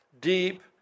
deep